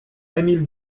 emil